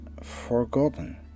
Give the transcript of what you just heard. forgotten